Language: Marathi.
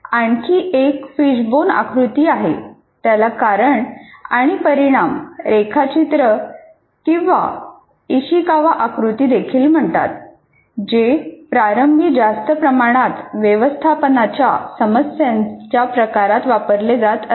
आणखी एक फिशबोन आकृती आहे त्याला कारण आणि परिणाम रेखाचित्र किंवा इशिकावा आकृती देखील म्हणतात जे प्रारंभी जास्त प्रमाणात व्यवस्थापनाच्या समस्यांच्या प्रकारात वापरले जात असे